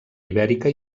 ibèrica